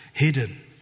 Hidden